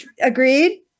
Agreed